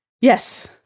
yes